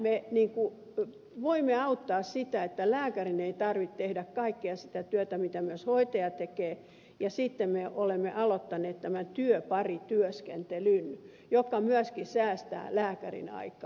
sillä me voimme auttaa sitä että lääkärin ei tarvitse tehdä kaikkea sitä työtä mitä myös hoitaja tekee ja sitten me olemme aloittaneet tämän työparityöskentelyn joka myöskin säästää lääkärin aikaa